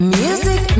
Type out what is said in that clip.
music